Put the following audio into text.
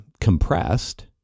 compressed